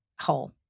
hole